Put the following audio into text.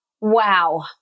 Wow